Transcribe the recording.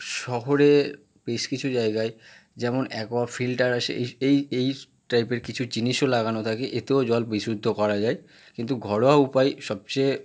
শহরে বেশ কিছু জায়গায় যেমন অ্যাকোয়া ফিল্টার আসে এই এই এই স টাইপের কিছু জিনিসও লাগানো থাকে এতেও জল বিশুদ্ধ করা যায় কিন্তু ঘরোয়া উপায় সবচেয়ে